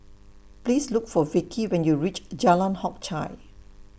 Please Look For Vickie when YOU REACH Jalan Hock Chye